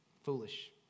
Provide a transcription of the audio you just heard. Foolish